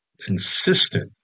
consistent